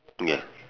ya